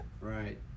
Right